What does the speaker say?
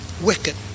wicked